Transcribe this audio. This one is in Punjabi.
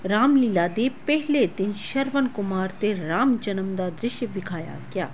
ਰਾਮਲੀਲਾ ਦੇ ਪਹਿਲੇ ਦਿਨ ਸ਼ਰਵਣ ਕੁਮਾਰ ਅਤੇ ਰਾਮ ਜਨਮ ਦਾ ਦ੍ਰਿਸ਼ ਵਿਖਾਇਆ ਗਿਆ